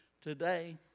Today